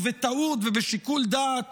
ובטעות ובשיקול דעת